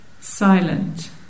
silent